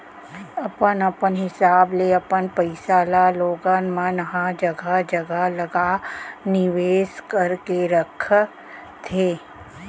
अपन अपन हिसाब ले अपन पइसा ल लोगन मन ह जघा जघा लगा निवेस करके रखथे